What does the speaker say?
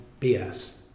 BS